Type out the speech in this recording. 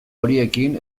horiekin